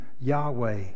Yahweh